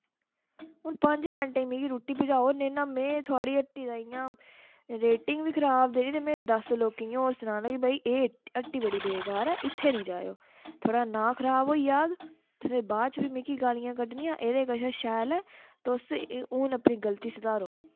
हून पंज मैन्टें च मिगी रुट्टी भजाओ नेईं ना में थोआढ़ी हट्टी दा इ'यां रोटिंग बी खराब देनी ते में दस होर लोकें गी होर सनाना के भाई एह् हट्टी बड़ी बेकार ऐ इत्थें निं जाएओ थोआढ़ा नांऽ खराब होई जाग तुसें बाद च बी मिगी गालियां कड्ढनियां एह्दे कशा शैल ऐ तुस हून अपनी गल्ती सधारो